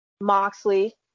moxley